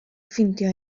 ffeindio